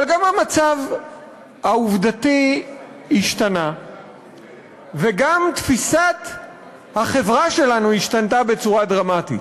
אבל גם המצב העובדתי השתנה וגם תפיסת החברה שלנו השתנתה בצורה דרמטית,